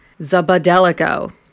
Zabadelico